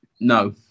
No